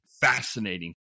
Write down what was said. fascinating